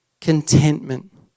Contentment